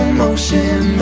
motion